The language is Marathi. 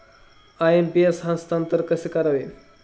आय.एम.पी.एस हस्तांतरण कसे करावे?